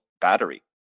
battery